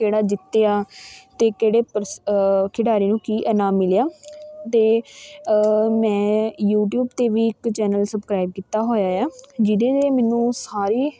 ਕਿਹੜਾ ਜਿੱਤਿਆ ਅਤੇ ਕਿਹੜੇ ਪ੍ਰਸ ਖਿਡਾਰੀ ਨੂੰ ਕੀ ਇਨਾਮ ਮਿਲਿਆ ਅਤੇ ਮੈਂ ਯੂਟੀਊਬ 'ਤੇ ਵੀ ਇੱਕ ਚੈਨਲ ਸਬਸਕ੍ਰਾਈਬ ਕੀਤਾ ਹੋਇਆ ਆ ਜਿਹਦੇ 'ਤੇ ਮੈਨੂੰ ਸਾਰੀ